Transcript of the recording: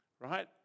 Right